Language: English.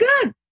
good